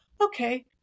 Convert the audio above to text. okay